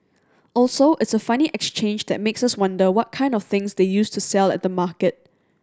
also it's a funny exchange that makes us wonder what kind of things they used to sell at the market